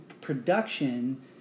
production